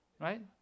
right